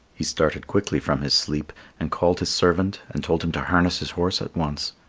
he started quickly from his sleep and called his servant and told him to harness his horse at once,